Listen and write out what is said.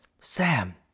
Sam